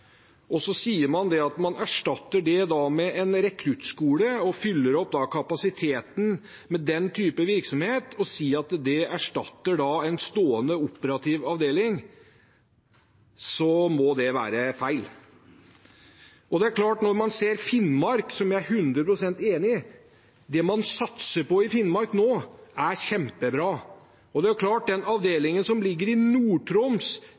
Man sier at man erstatter det med en rekruttskole og fyller opp kapasiteten med den type virksomhet. Å si at det erstatter en stående operativ avdeling, må være feil. Når man ser på Finnmark, er jeg 100 pst. enig i at det man satser på der nå, er kjempebra. Det er klart at den avdelingen som ligger i